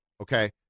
okay